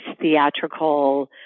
theatrical